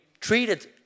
treated